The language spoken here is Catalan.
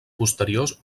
posteriors